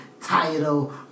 title